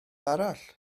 arall